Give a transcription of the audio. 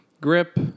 grip